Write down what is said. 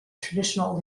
traditional